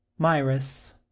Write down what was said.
Myris